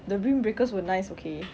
the windbreakers were nice okay